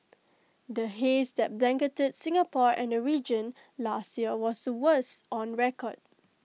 the haze that blanketed Singapore and the region last year was the worst on record